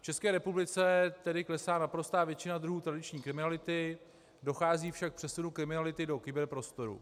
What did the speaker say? V České republice tedy klesá naprostá většina druhů tradiční kriminality, dochází však k přesunu kriminality do kyberprostoru.